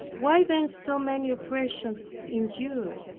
why then so many oppressions endured?